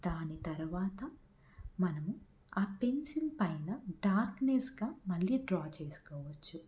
దాని తరువాత మనము ఆ పెన్సిల్ పైన డార్క్నెస్గా మళ్ళీ డ్రా చేసుకోవచ్చు